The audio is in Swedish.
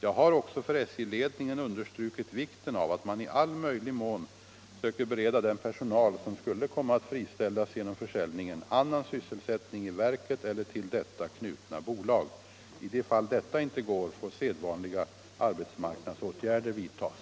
Jag har också för SJ-ledningen understrukit vikten av att man i all möjlig mån söker bereda den personal som skulle komma att friställas genom försäljningen annan sysselsättning i verket eller till detta knutna bolag. I de fall detta inte går får sedvanliga arbetsmarknadsåtgärder vidtas.